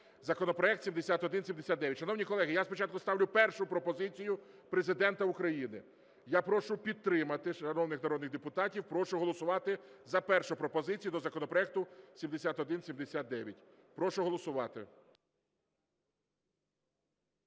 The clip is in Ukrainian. Законопроект 7179. Шановні колеги, я спочатку ставлю першу пропозицію Президента України. Я прошу підтримати. Шановних народних депутатів прошу голосувати за першу пропозицію до законопроекту 7179. Прошу голосувати.